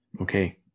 Okay